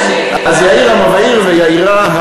אז יאיר המבעיר ויאירה,